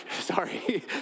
sorry